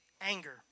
Anger